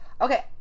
Okay